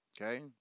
Okay